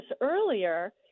earlier